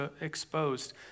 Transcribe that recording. exposed